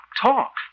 Talk